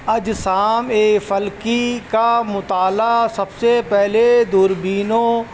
اجسامِ فلکی کا مطالعہ سب سے پہلے دوربینوں